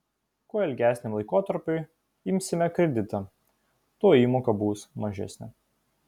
kuo ilgesniam laikotarpiui imsime kreditą tuo įmoka bus mažesnė